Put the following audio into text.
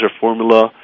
formula